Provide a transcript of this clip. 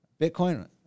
Bitcoin